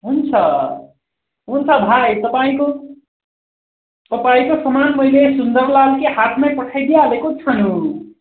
हुन्छ हुन्छ भाइ तपाईँको तपाईँको सामान मैले सुन्दरलालके हातमे पठाइदिइ हालेको छ नु